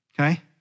Okay